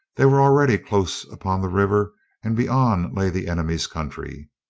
they were already close upon the river and beyond lay the enemy's country.